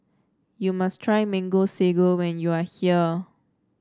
you must try Mango Sago when you are here